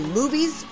movies